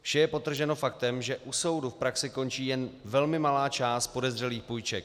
Vše je podtrženo faktem, že u soudu v praxi končí jen velmi malá část podezřelých půjček.